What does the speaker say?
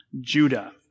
Judah